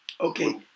Okay